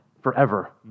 forever